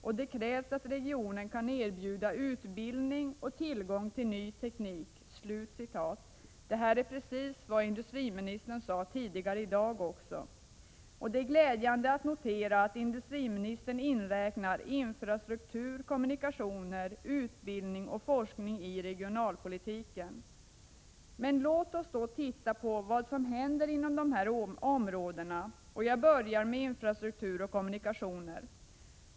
Och det krävs att regionen kan erbjuda utbildning och tillgång till ny teknik.” Det är också precis vad industriministern sade tidigare i dag. Det är glädjande att notera att industriministern inräknar infrastruktur, kommunikationer, utbildning och forskning i regionalpolitiken. Men låt oss då titta på vad som händer inom dessa områden. Jag börjar med infrastruktur och kommunikationer.